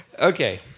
Okay